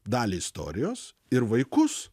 dalį istorijos ir vaikus